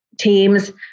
Teams